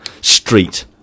street